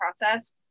process